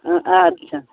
हँ अच्छा